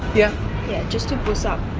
yeah just to boost up